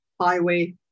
highway